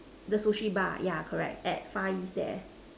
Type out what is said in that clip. the Sushi bar yeah correct at far east there